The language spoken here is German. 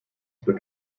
zur